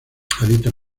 habita